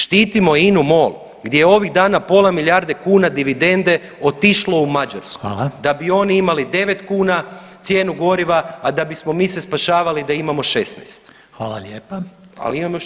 Štitimo Inu MOL gdje je ovih dana pola milijarde kuna dividende otišlo u Mađarsku [[Upadica: Hvala.]] da bi oni imali 9 kuna cijenu goriva, a da bismo mi se spašavali da imamo 16 [[Upadica: Hvala lijepa.]] Ali imam još 30.